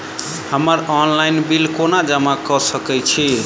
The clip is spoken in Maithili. हम्मर ऑनलाइन बिल कोना जमा कऽ सकय छी?